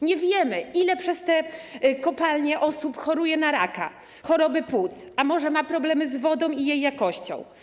Nie wiemy, ile osób przez te kopalnie choruje na raka, choroby płuc, a może ma problemy z wodą i jej jakością.